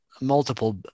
multiple